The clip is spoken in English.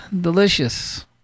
delicious